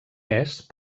est